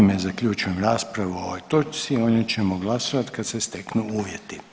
Time zaključujem raspravu o ovoj točci, o njoj ćemo glasovat kad se steknu uvjeti.